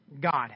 God